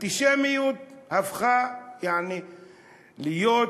אנטישמיות הפכה יעני להיות,